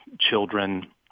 children